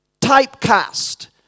typecast